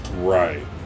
Right